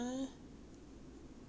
eh 真的 leh